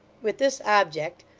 with this object,